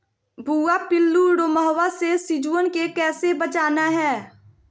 भुवा पिल्लु, रोमहवा से सिजुवन के कैसे बचाना है?